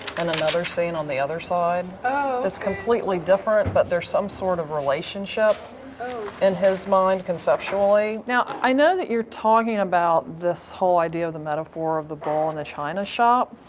and another scene on the other side that's completely different but there's some sort of relationship in his mind conceptually. now i know that you're talking about this whole idea of the metaphor of the bull in the china shop,